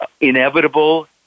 inevitable